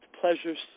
pleasures